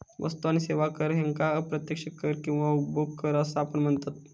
वस्तू आणि सेवा कर ह्येका अप्रत्यक्ष कर किंवा उपभोग कर असा पण म्हनतत